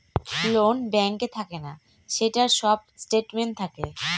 loan ব্যাঙ্কে থাকে না, সেটার সব স্টেটমেন্ট থাকে